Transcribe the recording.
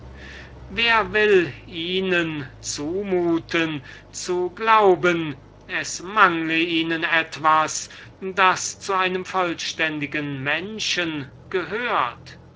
wer will ihnen zumuten daß sie glauben sollen es fehle ihnen etwas das zu einem vollständigen menschen gehört